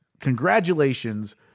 Congratulations